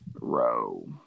row